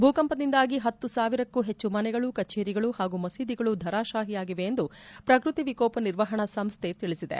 ಭೂಕಂಪದಿಂದಾಗಿ ಹತ್ತು ಸಾವಿರಕ್ಕೂ ಹೆಚ್ಚು ಮನೆಗಳು ಕಛೇರಿಗಳು ಹಾಗೂ ಮಸೀದಿಗಳು ಧರಾಶಾಹಿಯಾಗಿವೆ ಎಂದು ಪ್ರಕ್ವತಿ ವಿಕೋಪ ನಿರ್ವಹಣಾ ಸಂಸ್ತೆ ತಿಳಿಸಿದೆ